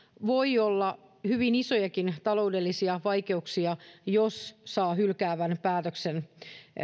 voi olla hyvin isojakin taloudellisia vaikeuksia jos saa hylkäävän päätöksen